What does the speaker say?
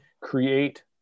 create